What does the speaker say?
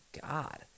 God